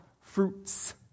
fruits